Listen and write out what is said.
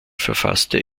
verfasste